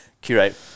curate